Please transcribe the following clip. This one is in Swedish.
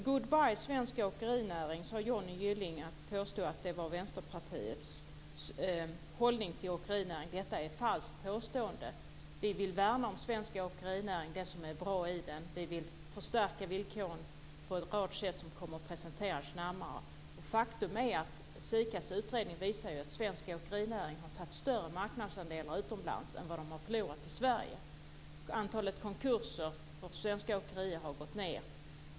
Johnny Gylling påstod att Vänsterpartiets hållning var "Goodbye, svensk åkerinäring". Detta är ett falskt påstående. Vi vill värna om det som är bra i svensk åkerinäring. Vi vill förstärka villkoren på en rad sätt, som kommer att presenteras närmare. Faktum är att SIKA:s utredning visar att svensk åkerinäring har tagit fler marknadsandelar utomlands än vad den har förlorat i Sverige. Antalet konkurser för svenska åkerier har gått ned.